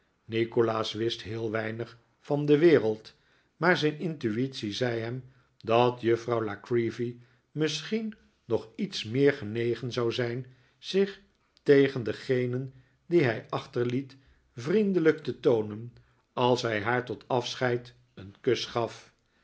nikolaas wist heel weinig van de wereld r maar zijn intu'itie zei hem dat juffrouw la creevy misschien nog iets meer genegen zou zijn zich tegen degenen die hij achterliet vriendelijk te toonen als hij haar tot afscheid een kus gaf